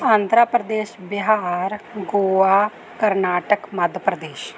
Andhra Pradesh Bihar Goa Karnataka Madhya Pradesh